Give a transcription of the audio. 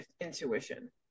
intuition